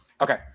Okay